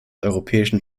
europäischen